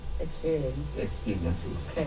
experiences